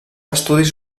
estudis